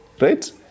right